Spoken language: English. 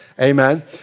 amen